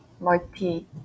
Multi